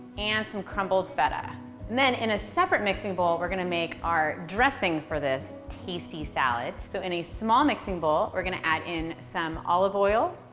and some crumbled feta. and then in a separate mixing bowl, we're gonna make our dressing for this tasty salad. so in a small mixing bowl, we're gonna add in some olive oil,